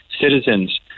citizens